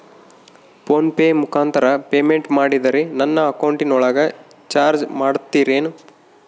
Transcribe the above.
Phone pay ಮುಖಾಂತರ payment ಮಾಡಿದರೆ ನನ್ನ ಅಕೌಂಟಿನೊಳಗ ಚಾರ್ಜ್ ಮಾಡ್ತಿರೇನು?